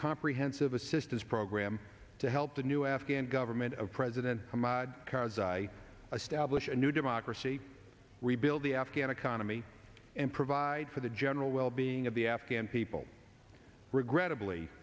comprehensive assistance program to help the new afghan government of president karzai stablish new democracy rebuild the afghan economy and provide for the general wellbeing of the afghan people regrettably